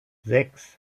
sechs